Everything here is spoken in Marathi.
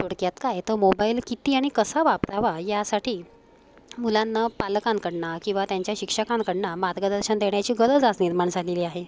थोडक्यात काय तर मोबाईल किती आणि कसा वापरावा यासाठी मुलांना पालकांकडून किंवा त्यांच्या शिक्षकांकडूनमार्गदर्शन देण्याची गरज आज निर्माण झालेली आहे